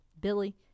billy